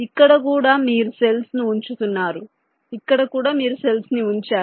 ఇక్కడ కూడా మీరు సెల్స్ ను ఉంచుతున్నారు ఇక్కడ కూడా మీరు సెల్స్ ను ఉంచారు